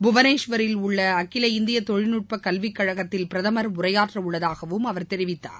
புவனேஸ்வரில் உள்ள அகில இந்தி தொழிற்நுட்ப கல்வி கழகத்தில் பிரதமர் உரையாற்றவுள்ளதாகவும் அவர் தெரிவித்தார்